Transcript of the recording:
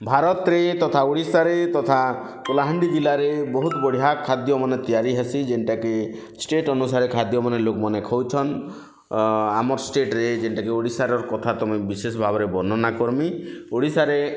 ଭାରତରେ ତଥା ଓଡ଼ିଶାରେ ତଥା କଲାହାଣ୍ଡି ଜିଲ୍ଲାରେ ବହୁତ୍ ବଢ଼ିଆମାନ ଖାଦ୍ୟମାନ ତିଆରି ହେସି ଯେନ୍ଟା କି ଷ୍ଟେଟ୍ ଅନୁସାରେ ଖାଦ୍ୟମାନେ ଲୋକମାନେ ଖାଉଚନ୍ ଆମର ଷ୍ଟେଟ୍ରେ ଯେନ୍ଟା କି ଓଡ଼ିଶାର କଥା ତ ମୁଇଁ ବିଶେଷ ଭାବରେ ବର୍ଣ୍ଣନା କର୍ମି ଓଡ଼ିଶାରେ